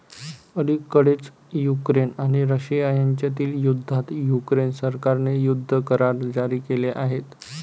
अलिकडेच युक्रेन आणि रशिया यांच्यातील युद्धात युक्रेन सरकारने युद्ध करार जारी केले आहेत